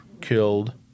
killed